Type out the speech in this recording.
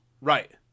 right